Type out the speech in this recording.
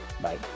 Bye